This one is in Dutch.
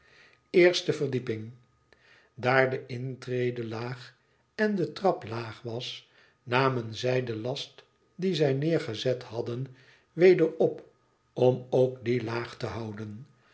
eerste verdieping daar de intrede laa en de trap laag was namen zij den last dien zij neergezet hadden weaer op om ook dien laag te houden